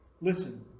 Listen